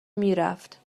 میرفت